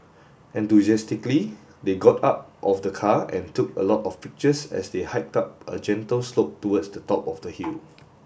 enthusiastically they got out of the car and took a lot of pictures as they hiked up a gentle slope towards the top of the hill